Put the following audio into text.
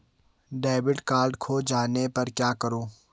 Debit card खो जाने पर क्या करूँ?